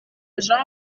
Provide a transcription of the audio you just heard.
jean